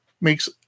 makes